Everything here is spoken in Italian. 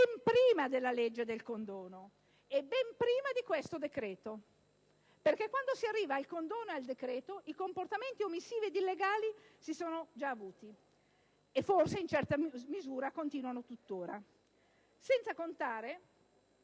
ben prima della legge sul condono e ben prima di questo decreto, perché quando si è arrivati al condono e al decreto i comportamenti omissivi ed illegali si erano già verificati e forse in certa misura continuano tuttora. In aggiunta,